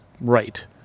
right